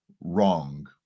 wrong